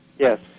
Yes